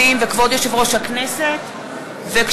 התשע"ו 2015,